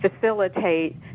facilitate